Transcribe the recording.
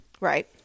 Right